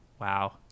Wow